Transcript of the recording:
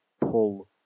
pull